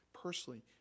personally